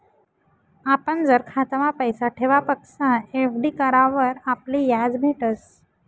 आपण जर खातामा पैसा ठेवापक्सा एफ.डी करावर आपले याज भेटस